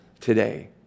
today